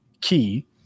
key